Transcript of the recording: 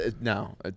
No